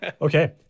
Okay